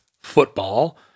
football